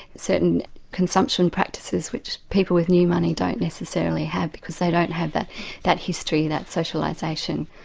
certain consumption practices which people with new money don't necessarily have because they don't have that that history, that socialisation.